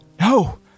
No